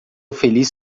feliz